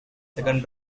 second